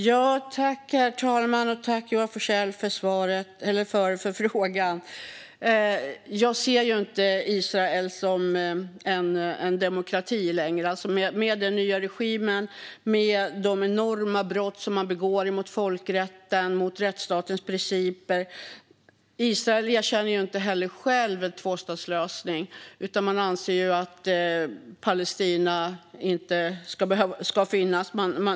Herr talman! Tack, Joar Forssell, för frågan! Jag ser inte längre Israel som en demokrati med den nya regimen och med de enorma brott som man begår mot folkrätten och rättsstatens principer. Israel erkänner inte heller självt en tvåstatslösning utan anser att Palestina inte ska finnas.